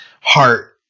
heart